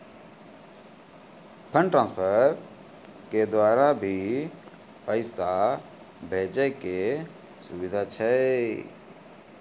Fund transfer के द्वारा भी पैसा भेजै के सुविधा छै?